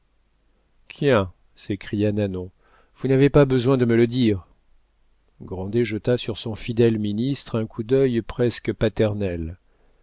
quien s'écria nanon vous n'avez pas besoin de me le dire grandet jeta sur son fidèle ministre un coup d'œil presque paternel